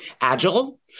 agile